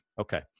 Okay